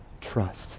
trust